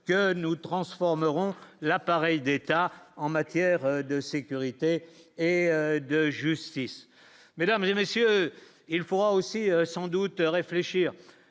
que nous transformerons l'appareil d'État, en matière de sécurité et de justice, mesdames et messieurs, il faudra aussi sans doute réfléchir